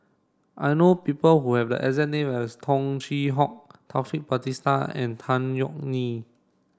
I know people who have the exact name as Tung Chye Hong Taufik Batisah and Tan Yeok Nee